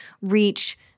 reach –